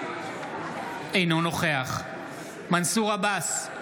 אינו נוכח מנסור עבאס,